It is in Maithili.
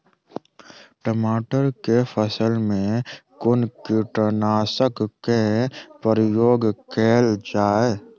टमाटर केँ फसल मे कुन कीटनासक केँ प्रयोग कैल जाय?